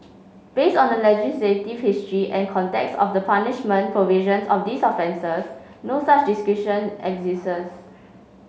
based on the legislative history and context of the punishment provisions of these offences no such discretion exists